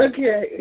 Okay